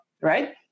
right